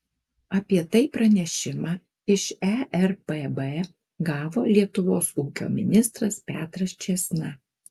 apie tai pranešimą iš erpb gavo lietuvos ūkio ministras petras čėsna